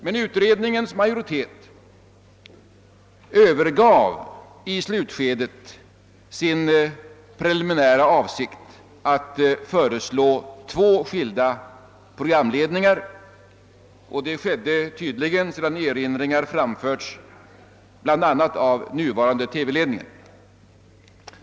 Men utredningens majoritet övergav i slutskedet sin preliminära avsikt att föreslå två skilda programledningar, och det skedde tydligen sedan erinringar framförts bl.a. av nuvarande TV-ledningen.